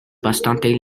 bastante